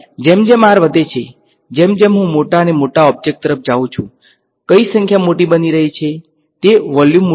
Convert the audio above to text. જેમ જેમ r વધે છે જેમ જેમ હું મોટા અને મોટા ઓબ્જેક તરફ જાઉં છું કઈં સંખ્યા મોટી બની રહી છે તે વોલ્યુમ મોટું થઈ રહ્યું છે